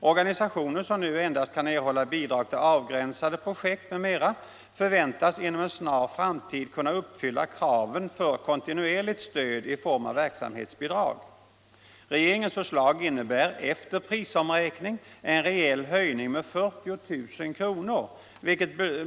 Organisationer, som nu endast kan erhålla bidrag till avgränsade projekt m.m., förväntas inom en snar framtid kunna uppfylla kraven för kontinuerligt stöd i form av verksamhetsbidrag.